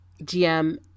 GM